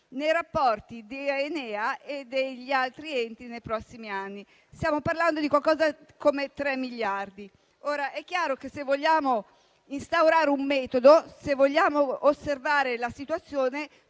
nei rapporti di ENEA e degli altri enti nei prossimi anni. Stiamo parlando di circa tre miliardi. Ora, è chiaro che se vogliamo instaurare un metodo, se vogliamo osservare la situazione,